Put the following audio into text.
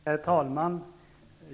Herr talman!